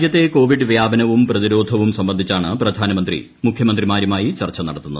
രാജ്യത്തെ കോവിഡ് വ്യാപനവും പ്രതിരോധവും സംബന്ധിച്ചാണ് പ്രധാനമന്ത്രി മുഖ്യമന്ത്രിമാരുമായി ചർച്ച നടത്തുന്നത്